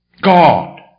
God